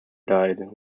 died